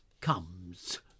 comes